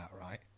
right